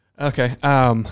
Okay